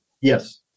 Yes